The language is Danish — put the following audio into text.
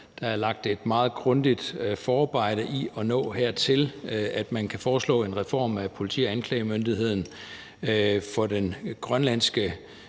Der er lagt et meget grundigt forarbejde i at nå hertil, hvor man kan foreslå en reform af politiet og anklagemyndigheden for den grønlandske